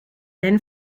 then